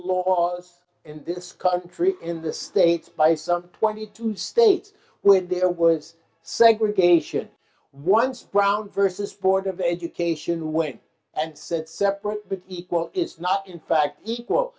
laws in this country in the states by some twenty two states with there was segregation once brown versus board of education went and said separate but equal is not in fact equal